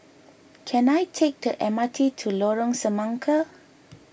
can I take the M R T to Lorong Semangka